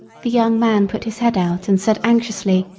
the young man put his head out and said anxiously,